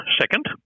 second